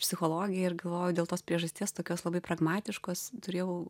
psichologija ir galvoju dėl tos priežasties tokios labai pragmatiškos turėjau